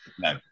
No